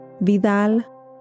Vidal